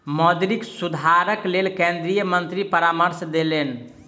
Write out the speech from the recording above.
मौद्रिक सुधारक लेल केंद्रीय मंत्री परामर्श लेलैन